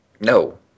No